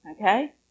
okay